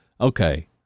okay